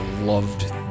loved